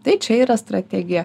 tai čia yra strategija